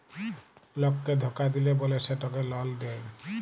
লককে ধকা দিল্যে বল্যে সেটকে লল দেঁয়